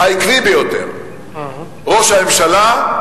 העקבית ביותר, ראש הממשלה,